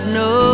no